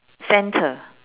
centre